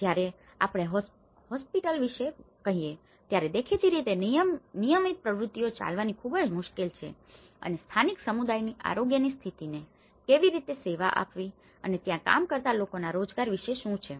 જ્યારે આપણે હોસ્પિટલ વિશે કહીએ ત્યારે દેખીતી રીતે નિયમિત પ્રવૃત્તિઓ ચલાવવી ખૂબ જ મુશ્કેલ છે અને સ્થાનિક સમુદાયની આરોગ્યની સ્થિતિને કેવી રીતે સેવા આપવી અને ત્યાં કામ કરતા લોકોના રોજગાર વિશે શું છે